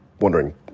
wondering